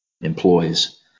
employs